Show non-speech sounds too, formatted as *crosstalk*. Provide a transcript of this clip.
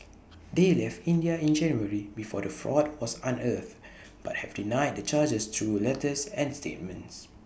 they left India in January before the fraud was unearthed *noise* but have denied the charges through letters and statements